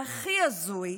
והכי הזוי,